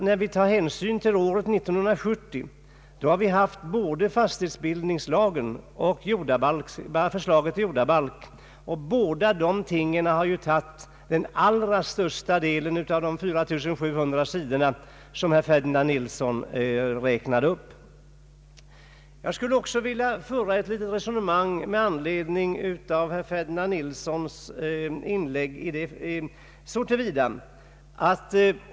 När vi tar hänsyn till år 1970 har vi haft både fastighetsbildningslagen och förslaget till jordabalk. Dessa båda har tagit den allra största delen av de 4700 sidor som herr Ferdinand Nilsson nämnde. Jag skulle också vilja föra ett litet mera utförligt resonemang med anledning av herr Ferdinand Nilssons inlägg.